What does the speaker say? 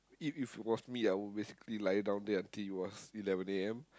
if it was me I would basically lie down until it was eleven A_M